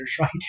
right